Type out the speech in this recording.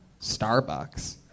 Starbucks